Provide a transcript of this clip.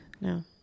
No